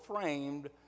framed